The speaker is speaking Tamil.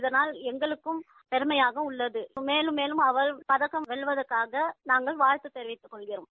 இதனால் எங்குளுக்கும் பெருமையாக உள்ளது மேலும் மேலும் அவர் பதக்கம் வெல்வதற்காக நாங்க வாழ்த்து தெரிவித்துக் கொள்கிறோம்